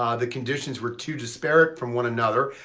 um the conditions were too disparate from one another,